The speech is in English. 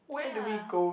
ya